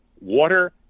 water